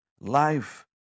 life